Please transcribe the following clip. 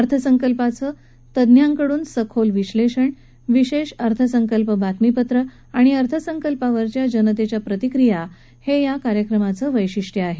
अर्थसंकल्पाचं तज्ज्ञांकडून सखोल विश्लेषण विशेष अर्थसंकल्प बातमीपत्र आणि अर्थसंकल्पावरच्या जनतेच्या प्रतिक्रिया हे या कार्यक्रमाचं खास वैशिष्टय आहे